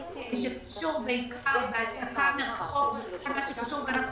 במה שקשור בעיקר בהעסקה מרחוק ואנחנו